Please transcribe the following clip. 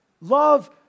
Love